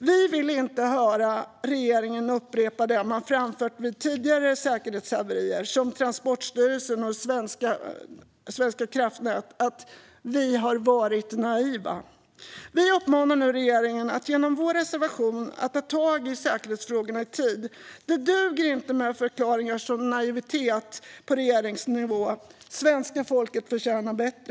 Vi vill inte höra regeringen upprepa det man framfört vid tidigare säkerhetshaverier som de på Transportstyrelsen och Svenska kraftnät - att "vi har varit naiva". Vi uppmanar nu regeringen genom vår reservation att ta tag i säkerhetsfrågorna i tid. Förklaringar som naivitet duger inte på regeringsnivå. Svenska folket förtjänar bättre.